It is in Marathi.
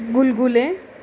गुलगुले